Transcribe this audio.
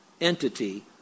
entity